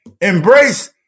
Embrace